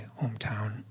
hometown